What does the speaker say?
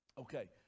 Okay